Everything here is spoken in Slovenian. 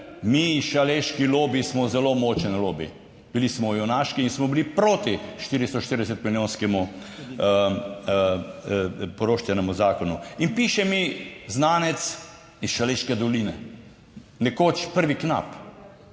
mi šaleški lobi, smo zelo močan lobi. Bili smo junaški in smo bili proti 440 milijonskemu poroštvenemu zakonu. In piše mi znanec iz Šaleške doline, nekoč prvi knap